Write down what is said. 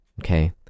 Okay